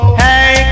hey